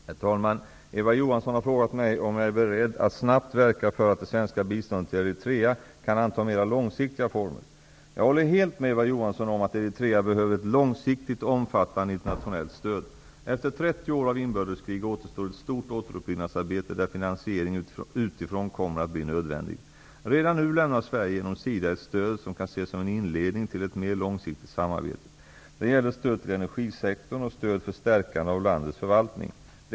Herr talman! Eva Johansson har frågat mig om jag är beredd att snabbt verka för att det svenska biståndet till Eritrea kan anta mera långsiktiga former. Jag håller helt med Eva Johansson om att Eritrea behöver ett långsiktigt och omfattande internationellt stöd. Efter 30 år av inbördeskrig återstår ett stort återuppbyggnadsarbete där finansiering utifrån kommer att bli nödvändig. Redan nu lämnar Sverige genom SIDA ett stöd som kan ses som en inledning till ett mer långsiktigt samarbete. Det gäller stöd till energisektorn och stöd för stärkande av landets förvaltning.